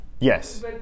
Yes